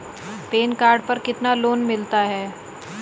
Pan card पर कितना loan मिल सकता है?